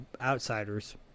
outsiders